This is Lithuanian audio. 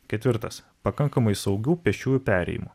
ketvirtas pakankamai saugių pėsčiųjų perėjimų